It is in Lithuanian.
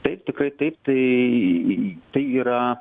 taip tikrai taip tai yra